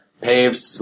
paved